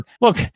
Look